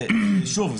שוב,